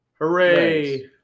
hooray